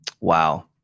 Wow